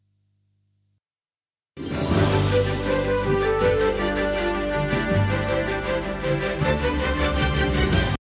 Дякую